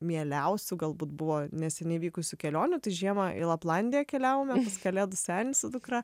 mieliausių galbūt buvo neseniai vykusių kelionių tai žiemą į laplandiją keliavome pas kalėdų senį su dukra